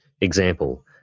Example